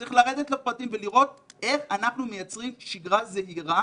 צריך לרדת לפרטים ולראות איך אנחנו מייצרים שגרה זהירה